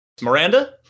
miranda